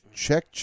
Check